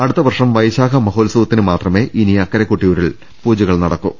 അടുത്തവർഷം വൈശാഖ മഹോത്സവത്തിന് മാത്രമേ ഇനി അക്കരെ കൊട്ടിയൂരിൽ പൂജകൾ നടക്കൂ